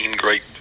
Great